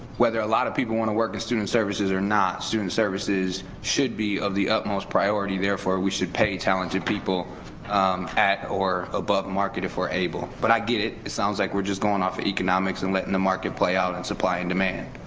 whether a lot of people want to work the student services or not, student services should be of the utmost priority, therefore we should pay talented people at or above market if we're able, but i get it, it sounds like we're just going off of economics and letting the market play out, and supply and demand.